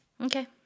Okay